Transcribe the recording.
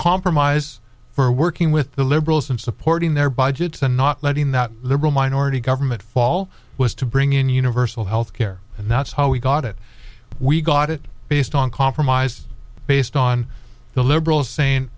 compromise for working with the liberals and supporting their budgets and not letting that liberal minority government fall was to bring in universal health care and that's how we got it we got it based on compromise based on the liberals saying